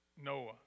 Noah